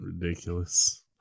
Ridiculous